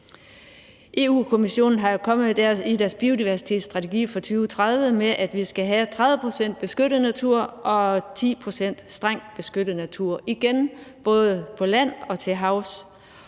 Europa-Kommissionen er jo i deres biodiversitetsstrategi for 2030 kommet med forslag om, at vi skal have 30 pct. beskyttet natur og 10 pct. strengt beskyttet natur – igen både på land og til havs.